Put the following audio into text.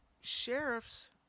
sheriffs